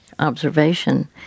observation